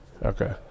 Okay